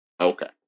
Okay